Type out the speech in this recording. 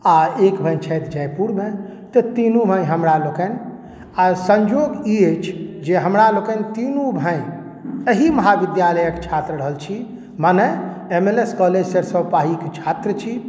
आओर एक भाय छथि जयपुरमे तऽ तीनू भाय हमरा लोकनि आओर संयोग ई अछि जे हमरा लोकनि तीनू भाय अहि महाविद्यालयके छात्र रहल छी माने एम एल एस कॉलेज सरिसव पाहीके छात्र छी